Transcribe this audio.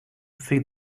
feed